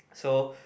so